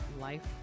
life